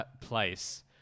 place